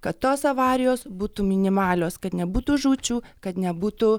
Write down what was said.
kad tos avarijos būtų minimalios kad nebūtų žūčių kad nebūtų